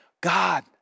God